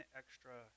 extra